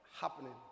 happening